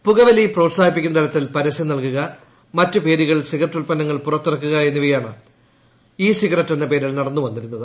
പുകവലി പ്രോൽസാഹിപ്പിക്കുന്നതരത്തിൽ പരസ്യം നൽകുക മറ്റ് പേരുകളിൽ സിഗരറ്റ് ഉൽപ്പന്നങ്ങൾ പുറത്തിറക്കുക എന്നിവയാണ് ഇ സിഗരറ്റ് എന്ന പേരിൽ നടന്നുവന്നിരുന്നത്